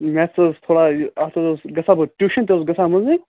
مےٚ سا اوس پےَ یہِ اتھ اوس گَژھان بہٕ ٹیٛوٗشَن تہِ اوسُس گژھان مٔنٛزۍ مٔنٛزۍ